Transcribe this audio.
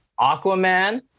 Aquaman